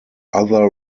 other